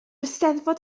eisteddfod